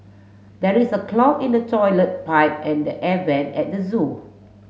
there is a clog in the toilet pipe and the air vent at the zoo